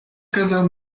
kazał